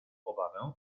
obawę